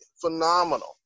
Phenomenal